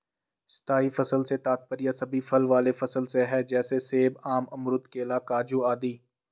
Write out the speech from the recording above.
स्थायी फसल से तात्पर्य सभी फल वाले फसल से है जैसे सेब, आम, अमरूद, केला, काजू आदि